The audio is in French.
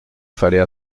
fallait